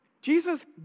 Jesus